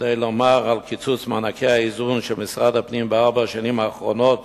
כדי לדבר על קיצוץ מענקי האיזון של משרד הפנים בארבע השנים האחרונות